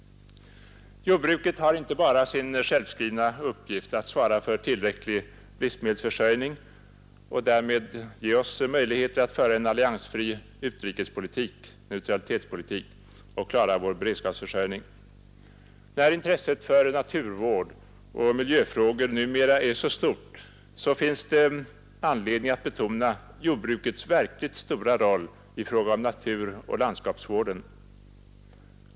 Jordbruket har inte bara sin självskrivna uppgift att svara för en tillräcklig livsmedelsförsörjning och därmed ge oss möjligheter att föra en alliansfri utrikespolitik och neutralitetspolitik samt klara vår beredskapsförsörjning. När intresset för naturvård och miljöfrågor numera är så stort finns det anledning att betona jordbrukets verkligt viktiga roll i fråga om naturoch landskapsvården.